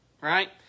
right